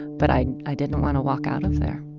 but i i didn't want to walk out of there